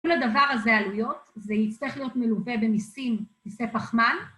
כל הדבר הזה עלויות, זה יצטרך להיות מלווה במסים, מסי פחמן